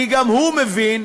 כי גם הוא מבין,